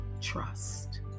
Trust